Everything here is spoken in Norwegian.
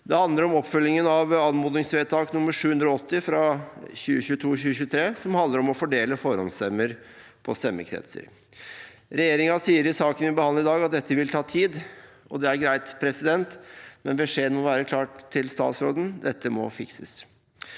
Det handler om oppfølgingen av anmodningsvedtak nr. 780 for 2022–2023, som handler om å fordele forhåndsstemmer på stemmekretser. Regjeringen sier i saken vi behandler i dag, at dette vil ta tid, og det er greit, men beskjeden til statsråden må være klar: Dette må fikses.